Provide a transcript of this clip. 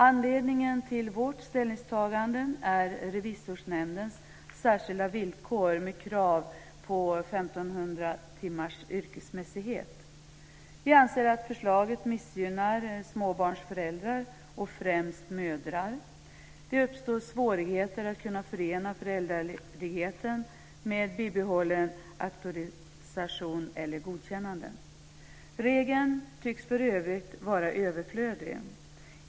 Anledningen till vårt ställningstagande är Revisorsnämndens särskilda villkor med krav på 1 500 timmars yrkesmässighet. Vi anser att förslaget missgynnar småbarnsföräldrar, främst mödrar. Det uppstår svårigheter när det gäller möjligheterna att förena föräldraledigheten med bibehållen auktorisation eller med bibehållet godkännande. Regeln tycks för övrigt vara överflödig.